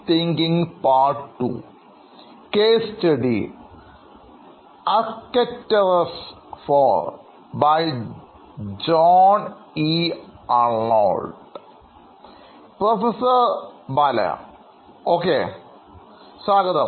hello സ്വാഗതം